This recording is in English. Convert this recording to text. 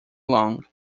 long